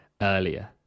earlier